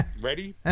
Ready